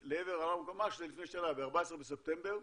ממש לפני שנה, ב-14 בספטמבר,